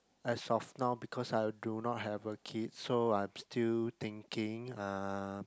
as of now because I do not have a kid so I'm still thinking uh